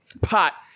pot